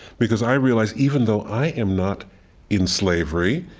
because i realize even though i am not in slavery,